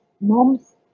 moms